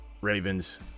Ravens